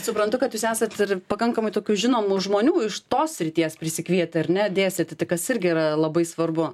suprantu kad jūs esat ir pakankamai tokių žinomų žmonių iš tos srities prisikvietę ar ne dėstyti tai kas irgi yra labai svarbu